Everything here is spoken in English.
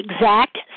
exact